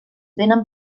vénen